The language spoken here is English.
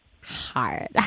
Hard